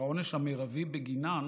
אשר העונש המרבי בגינן